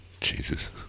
Jesus